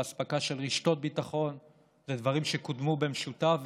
באספקה של רשתות ביטחון ודברים שקודמו במשותף,